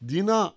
Dina